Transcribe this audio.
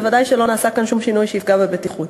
ודאי שלא נעשה כאן שום שינוי שיפגע בבטיחות.